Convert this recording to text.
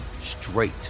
straight